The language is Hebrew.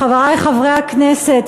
חברי חברי הכנסת,